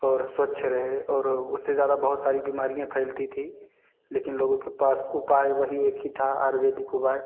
और स्वछ रहे और उससे ज़्यादा बहुत सारी बीमारियाँ फैलती थी लेकिन लोगों के पास उपाय वही एक ही था आयुर्वेदिक उपाय